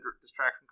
distraction